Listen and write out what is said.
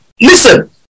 listen